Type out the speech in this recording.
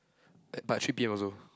er by three P_M also